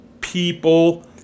people